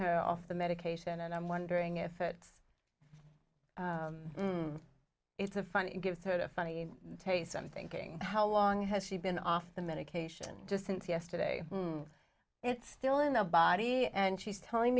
her off the medication and i'm wondering if it is a funny give her a funny taste i'm thinking how long has she been off the medication just since yesterday it's still in the body and she's telling